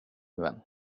vän